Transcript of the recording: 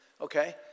okay